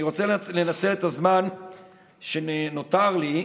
אני רוצה לנצל את הזמן שנותר לי,